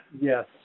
Yes